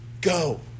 go